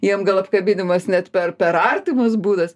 jiem gal apkabinimas net per per artimas būdas